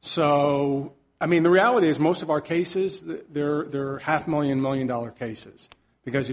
so i mean the reality is most of our cases there are half a million million dollar cases because